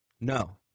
No